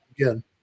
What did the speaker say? again